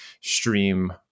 stream